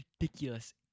ridiculous